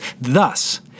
Thus